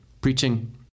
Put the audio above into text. preaching